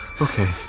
okay